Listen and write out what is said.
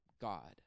God